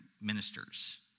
ministers